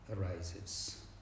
arises